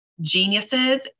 geniuses